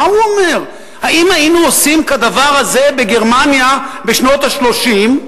אם היינו עושים כדבר הזה בגרמניה בשנות ה-30,